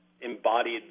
embodied